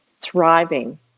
thriving